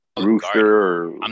Rooster